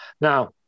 Now